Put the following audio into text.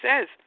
says